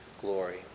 glory